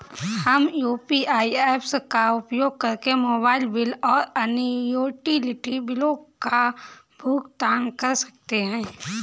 हम UPI apps का उपयोग करके मोबाइल बिल और अन्य यूटिलिटी बिलों का भुगतान कर सकते हैं